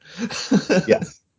Yes